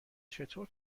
چطور